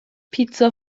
پیتزا